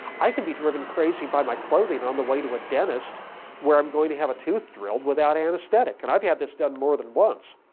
i can be driven crazy by my clothing on the way to a dentist where i'm going to have a tooth drilled without anesthetic and i've had this done more than once